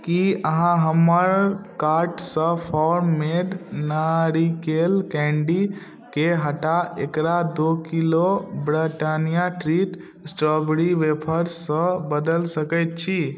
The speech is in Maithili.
की अहाँ हमर कार्ट सँ फ़ार्म मेड नारिकेल कैण्डीके हटा एकरा दू kilo Britannia treat strawberry wafers सँ बदैल सकैत छी